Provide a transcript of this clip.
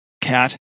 cat